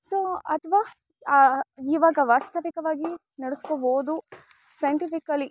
so ಅಥವಾ ಇವಾಗ ವಾಸ್ತವಿಕವಾಗಿ ನಡೆಸ್ಕೊಬೋದು ಸೈನ್ಟಿಫಿಕಲಿ